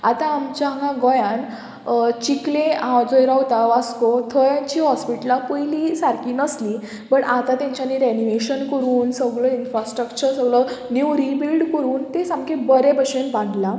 आतां आमच्या हांगा गोंयान चिकले हांव जंय रावतां वास्को थंयची हॉस्पिटलां पयलीं सारकीं नासलीं बट आतां तांच्यानी रेनिवेशन करून सगळो इन्फ्रास्ट्रक्चर सगळो न्यू रिबिल्ड करून तें सामकें बरें भशेन बांदलां